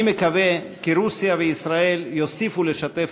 אני מקווה כי רוסיה וישראל יוסיפו לשתף